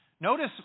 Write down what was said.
Notice